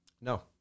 No